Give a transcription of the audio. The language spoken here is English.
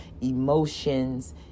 emotions